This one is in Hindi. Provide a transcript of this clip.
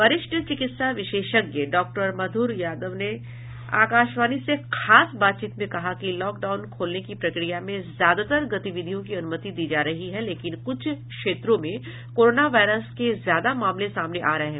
वरिष्ठ चिकित्सा विशेषज्ञ डॉक्टर मधुर यादव ने आकाशवाणी से खास बातचीत में कहा कि लॉकडाउन खोलने की प्रक्रिया में ज्यादातर गतिविधियों की अनुमति दी जा रही है लेकिन कुछ क्षेत्रों में कोरोना वायरस के ज्यादा मामले सामने आ रहे हैं